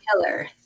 killer